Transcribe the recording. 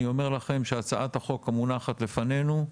אני אומר לכם שהצעת החוק המונחת בפנינו,